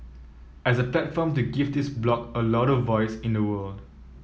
as a platform to give this bloc a louder voice in the world